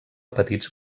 petits